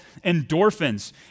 endorphins